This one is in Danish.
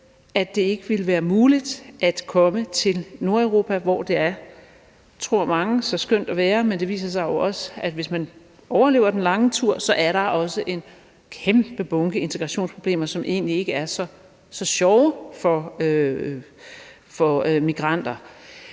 at det ikke ville være muligt at komme til Nordeuropa, hvor det er, tror mange, så skønt at være, men det viser sig jo også, at hvis man overlever den lange tur, er der også en kæmpe bunke integrationsproblemer, som egentlig ikke er så sjove for migranterne.